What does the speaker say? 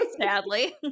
Sadly